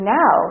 now